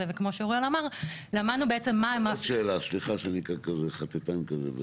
כמו שאוראל אמר למדנו בעצם מה --- עוד שאלה סליחה שאני חטטן כזה.